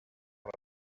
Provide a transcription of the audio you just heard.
one